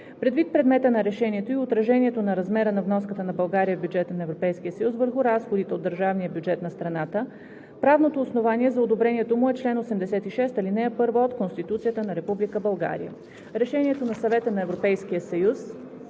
Предвид предмета на решението и отражението на размера на вноската на България в бюджета на Европейския съюз върху разходите от държавния бюджет на страната правното основание за одобрението му е чл. 86, ал. 1 от Конституцията на Република България. Решението на Съвета на